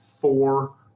four